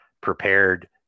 prepared